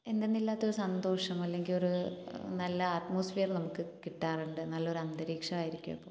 എന്തെന്നില്ലാത്ത ഒരു സന്തോഷം അല്ലെങ്കിൽ ഒരു നല്ല അറ്റ്മോസ്ഫിയർ നമുക്ക് കിട്ടാറുണ്ട് നല്ലൊരു അന്തരീക്ഷം ആയിരിക്കും